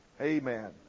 Amen